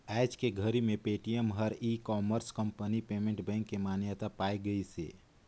आयज के घरी मे पेटीएम हर e commerce company payment bank के मान्यता पाए गइसे